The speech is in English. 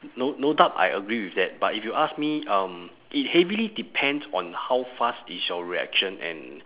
no no doubt I agree with that but if you ask me um it heavily depends on how fast is your reaction and